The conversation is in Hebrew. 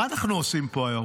מה אנחנו עושים פה היום?